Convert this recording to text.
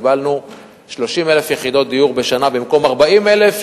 קיבלנו 30,000 יחידות דיור בשנה במקום 40,000,